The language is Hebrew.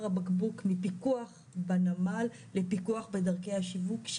הבקבוק מפיקוח בנמל לפיקוח בדרכי השיווק.